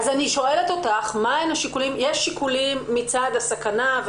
יש שיקולים מצד הסכנה,